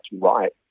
right